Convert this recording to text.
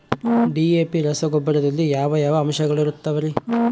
DAP ರಸಗೊಬ್ಬರದಲ್ಲಿ ಯಾವ ಯಾವ ಅಂಶಗಳಿರುತ್ತವರಿ?